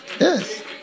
Yes